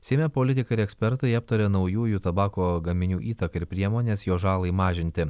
seime politikai ir ekspertai aptarė naujųjų tabako gaminių įtaką ir priemones jo žalai mažinti